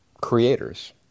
creators